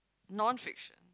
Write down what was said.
non fiction